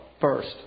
first